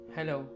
Hello